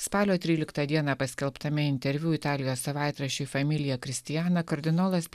spalio tryliktą dieną paskelbtame interviu italijos savaitraščiui familija kristianą kard